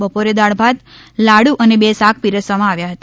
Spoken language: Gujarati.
બપોરે દાળ ભાત લાડુ અને બે શાક પીરસવામાં આવ્યા હતા